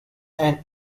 and